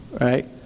right